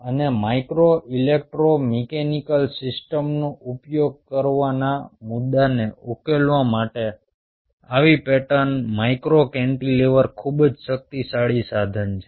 અને micro electro mechanical સિસ્ટમ્સનો ઉપયોગ કરવાના મુદ્દાને ઉકેલવા માટે આવી પેટર્ન માઇક્રો કેન્ટિલેવર ખૂબ જ શક્તિશાળી સાધન છે